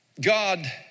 God